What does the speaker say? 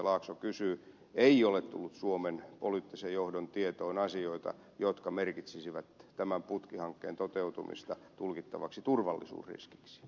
laakso kysyi ei ole tullut suomen poliittisen johdon tietoon asioita jotka merkitsisivät tämän putkihankkeen toteutumista tulkittavaksi turvallisuusriskiksi